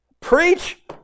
Preach